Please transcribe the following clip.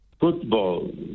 Football